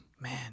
Man